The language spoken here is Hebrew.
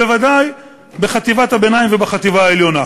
בוודאי בחטיבת הביניים ובחטיבה העליונה.